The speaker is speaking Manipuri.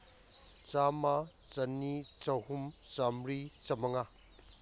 ꯆꯥꯝꯃ ꯆꯅꯤ ꯆꯍꯨꯝ ꯆꯥꯝꯃꯔꯤ ꯆꯥꯝꯃꯉꯥ